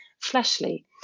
fleshly